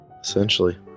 Essentially